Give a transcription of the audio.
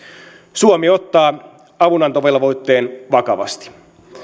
suomi ottaa avunantovelvoitteen vakavasti